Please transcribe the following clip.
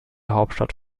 hauptstadt